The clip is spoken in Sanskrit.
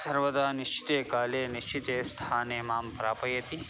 सर्वदा निश्चिते काले निश्चिते स्थाने मां प्रापयति